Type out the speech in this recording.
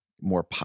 more